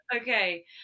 Okay